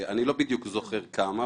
אני לא בדיוק זוכר כמה,